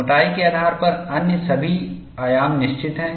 मोटाई के आधार पर अन्य सभी आयाम निश्चित हैं